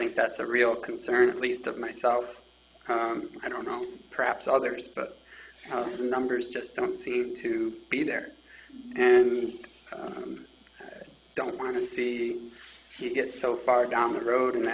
think that's a real concern at least of myself i don't know perhaps others but the numbers just don't seem to be there and i don't want to see you get so far down the